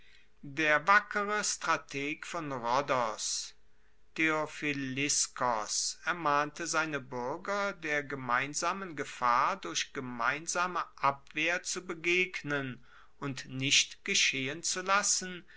der wackere strateg von rhodos theophiliskos ermahnte seine buerger der gemeinsamen gefahr durch gemeinsame abwehr zu begegnen und nicht geschehen zu lassen